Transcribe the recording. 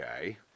Okay